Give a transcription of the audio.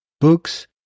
books